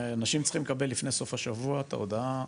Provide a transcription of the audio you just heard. אנשים צריכים לקבל לפני סוף השבוע את ההודעה,